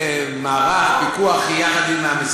חבר הכנסת אבו עראר, אני מציע שאדוני,